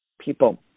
people